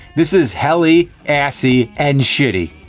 this is helly, assy, and shitty.